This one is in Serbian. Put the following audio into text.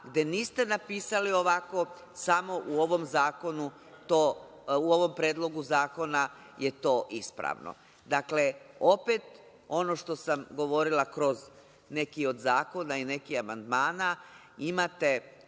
gde niste napisali ovako, samo u ovom predlogu zakona je to ispravno. Dakle, opet ono što sam govorila kroz neki od zakona i nekih amandmana, imate